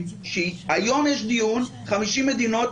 היום יש דיון על 50 מדינות,